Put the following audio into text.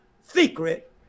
secret